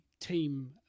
team